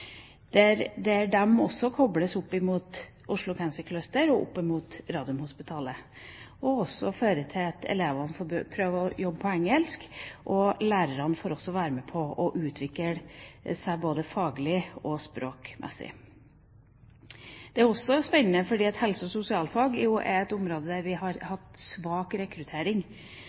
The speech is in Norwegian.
opp mot Radiumhospitalet, som også fører til at elevene får prøve å jobbe på engelsk, og at lærerne får utvikle seg både faglig og språkmessig. Det er også spennende fordi helse- og sosialfag er et område der vi har hatt svak rekruttering,